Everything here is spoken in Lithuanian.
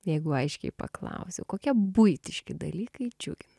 jeigu aiškiai paklausiu kokie buitiški dalykai džiugina